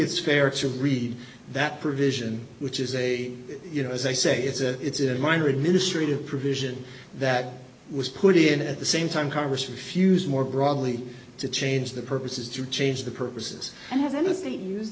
it's fair to read that provision which is a you know as i say it's a it's a minor administrative provision that was put in at the same time congress refused more broadly to change the purposes to change the purposes and have anything